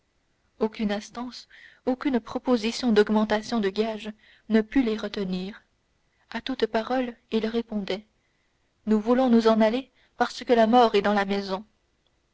aucune instance aucune proposition d'augmentation de gages ne les put retenir à toutes paroles ils répondaient nous voulons nous en aller parce que la mort est dans la maison